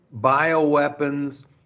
Bioweapons